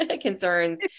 concerns